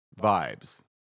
vibes